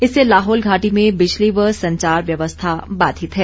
इससे लाहौल घाटी में बिजली व संचार व्यवस्था बाधित है